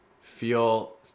feel